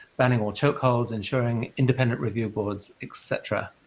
banning all choke holds, ensuring independent review boards, etc?